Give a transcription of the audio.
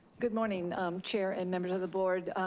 good morning chair and members of the board.